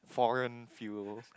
foreign fuel